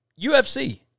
UFC